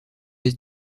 est